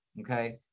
Okay